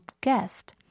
guest